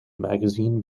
magazine